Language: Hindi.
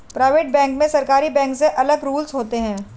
प्राइवेट बैंक में सरकारी बैंक से अलग रूल्स होते है